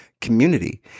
community